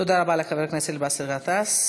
תודה רבה לחבר הכנסת באסל גטאס.